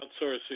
outsourcing